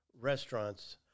restaurants